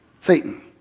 Satan